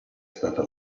stata